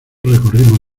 recorrimos